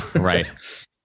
right